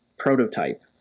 prototype